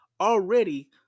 already